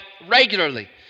regularly